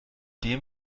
dem